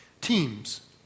teams